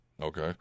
Okay